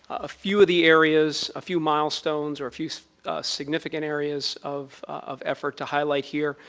a few of the areas a few milestones, or a few significant areas of of effort to highlight here,